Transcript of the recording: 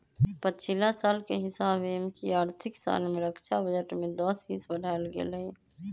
पछिला साल के हिसाबे एमकि आर्थिक साल में रक्षा बजट में दस हिस बढ़ायल गेल हइ